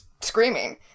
Screaming